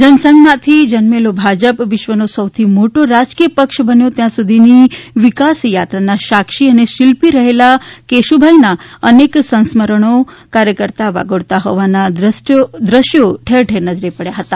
જનસંઘમાથી જન્મેલો ભાજપ વિશ્વનો સૌથી મોટો રાજકીય પક્ષ બન્યો ત્યાં સુધીની વિકાસ યાત્રાના સાક્ષી અને શિલ્પી રહેલા કેશુભાઈના અનેક સંસ્મરણો કાર્યકર્તા વાગોળતાં હોવાના દ્રશ્યો ઠેર ઠેર નજરે પડ્યા હતા